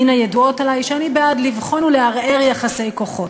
מן הידועות עלי שאני בעד לבחון ולערער יחסי כוחות.